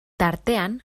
tartean